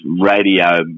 radio